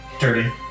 Dirty